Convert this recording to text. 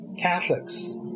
Catholics